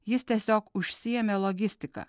jis tiesiog užsiėmė logistika